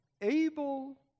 able